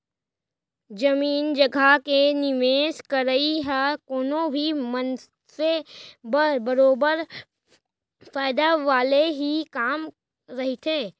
जमीन जघा के निवेस करई ह कोनो भी मनसे बर बरोबर फायदा वाले ही काम रहिथे